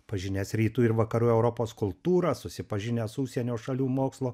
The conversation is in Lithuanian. pažinęs rytų ir vakarų europos kultūrą susipažinęs su užsienio šalių mokslo